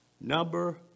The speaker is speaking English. Number